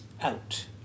out